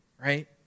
right